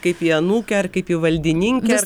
kaip į anūkę ar kaip į valdininkę